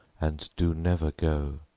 and do never go,